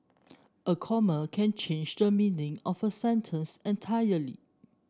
a comma can change the meaning of a sentence entirely